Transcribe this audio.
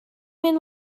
mynd